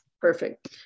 Perfect